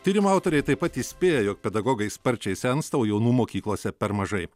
tyrimo autoriai taip pat įspėja jog pedagogai sparčiai sensta o jaunų mokyklose per mažai